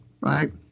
right